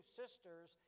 sisters